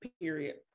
Period